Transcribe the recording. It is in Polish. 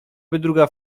druga